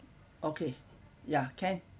okay ya can